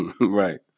Right